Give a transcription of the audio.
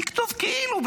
תכתוב כאילו,